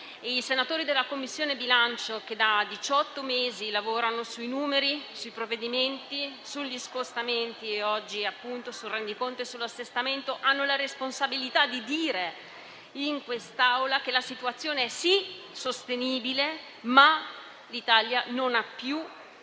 I senatori della Commissione bilancio, che da diciotto mesi lavorano sui numeri, sui provvedimenti, sugli scostamenti e oggi, appunto, sul rendiconto e sull'assestamento, hanno la responsabilità di dire in quest'Aula che la situazione è, sì, sostenibile, ma anche che l'Italia non ha più la